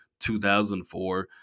2004